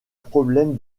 problème